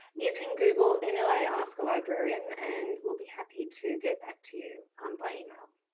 you can google and nla ask a librarian and we'll be happy to get back to you um by email.